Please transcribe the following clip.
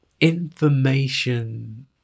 information